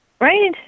Right